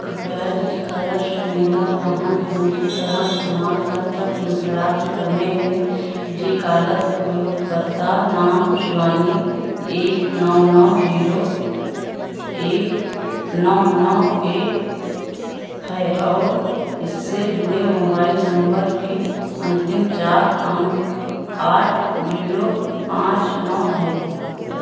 कृपया डिजिकालर से मेरा वाहन पंजीकरण प्रमाण पत्र प्राप्त करने में डिजिकालर उपयोगकर्ता नाम शिवानी एक नौ नौ जीरो एक नौ नौ एक है और इससे जुड़े मोबाइल नंबर के अंतिम चार अंक आठ जीरो पाँच नौ है